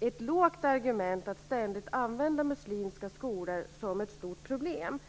ett lågt argument att ständigt använda muslimska skolor som ett stort problem.